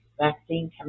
vaccine